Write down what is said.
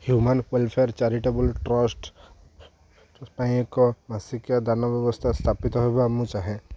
human welfare charitable trust ପାଇଁ ଏକ ମାସିକିଆ ଦାନ ବ୍ୟବସ୍ଥା ସ୍ଥାପିତ ହେବା ମୁଁ ଚାହେଁ